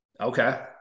Okay